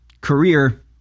career